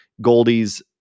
Goldie's